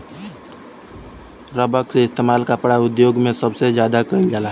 rubber के इस्तेमाल कपड़ा उद्योग मे सबसे ज्यादा कइल जाला